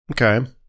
Okay